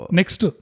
Next